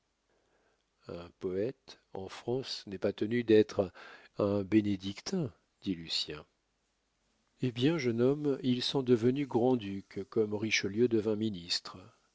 un poète en france n'est pas tenu d'être un bénédictin dit lucien eh bien jeune homme ils sont devenus grands ducs comme richelieu devint ministre